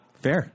fair